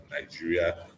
Nigeria